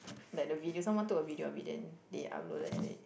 like the video someone took a video of it then they uploaded and they